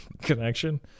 connection